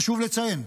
חשוב לציין,